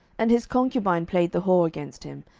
and his concubine played the whore against him,